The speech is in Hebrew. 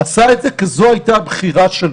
עשה את זה כי זו הייתה הבחירה שלו.